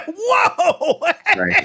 whoa